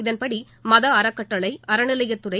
இதன்படி மத அறக்கட்டளை அறநிலையத்துறை